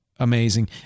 amazing